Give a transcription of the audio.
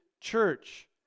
church